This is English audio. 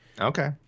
Okay